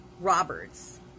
Roberts